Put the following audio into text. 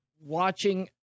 watching